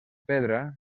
pedra